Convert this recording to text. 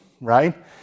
right